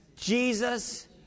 Jesus